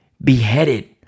beheaded